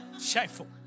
shameful